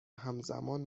همزمان